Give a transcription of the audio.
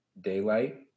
daylight